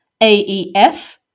AEF